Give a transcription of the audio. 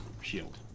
shield